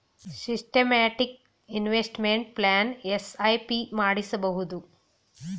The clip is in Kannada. ಸಿಸ್ಟಮ್ಯಾಟಿಕ್ ಇನ್ವೆಸ್ಟ್ಮೆಂಟ್ ಪ್ಲಾನ್ ಎಸ್.ಐ.ಪಿ ಮಾಡಿಸಬಹುದು